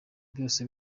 byose